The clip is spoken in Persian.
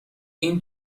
این